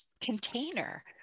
container